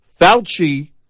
Fauci